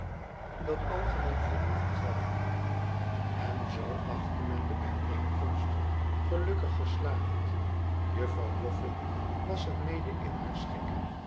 dat algemeen voldoening gaf n zoo achtte men de bijeenkomst gelukkig geslaagd juffrouw bofün was er mede in haar schik